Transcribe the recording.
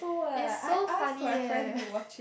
it's so funny eh